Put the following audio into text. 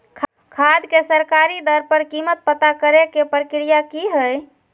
खाद के सरकारी दर पर कीमत पता करे के प्रक्रिया की हय?